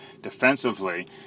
defensively